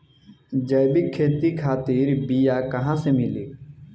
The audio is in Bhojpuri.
जैविक खेती खातिर बीया कहाँसे मिली?